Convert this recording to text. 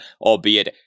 albeit